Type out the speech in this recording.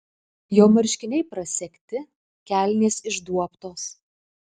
jo marškiniai prasegti kelnės išduobtos